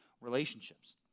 relationships